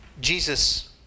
Jesus